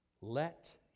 Let